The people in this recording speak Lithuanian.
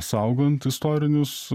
saugant istorinius